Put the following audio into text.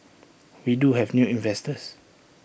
we do have new investors